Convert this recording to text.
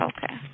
Okay